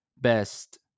best